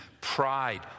pride